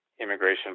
immigration